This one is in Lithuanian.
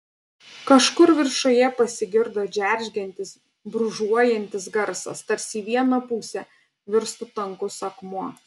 kažkur viršuje pasigirdo džeržgiantis brūžuojantis garsas tarsi į vieną pusę virstų sunkus akmuo